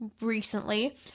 recently